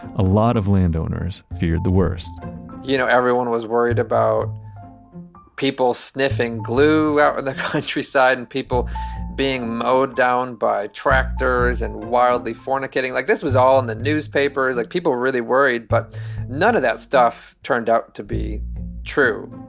a lot of landowners feared the worst you know, everyone was worried about people sniffing glue out the countryside and people being mowed down by tractors, and wildly fornicating, like this was all in the newspapers, like people were really worried, but none of that stuff turned out to be true